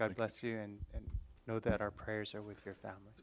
god bless you and know that our prayers are with your family